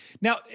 Now